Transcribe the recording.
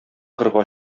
кырга